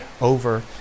over